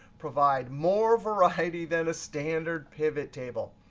provide more variety than a standard pivot table.